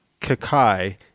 Kakai